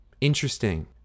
interesting